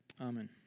Amen